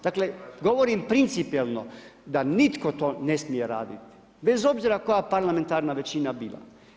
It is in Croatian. Dakle, govorim principijelno da nitko to ne smije raditi bez obzira koja parlamentarna većina bila.